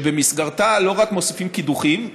שבמסגרתה לא רק מוסיפים קידוחים,